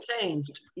changed